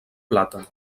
plata